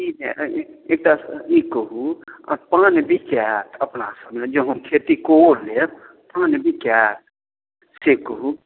ई जे एक टा ई कहु पान बिकाइत अपना सबमे जँ हम खेती केओ लेब पान बिकाइत से कहु